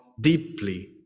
deeply